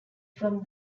from